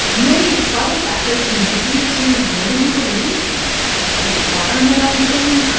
many subtle factors contribute to weather you believe me the environment i'm in,